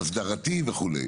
אופק אסדרתי וכו'.